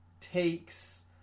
takes